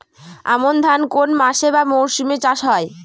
আমন ধান কোন মাসে বা মরশুমে চাষ হয়?